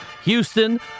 Houston